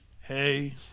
hey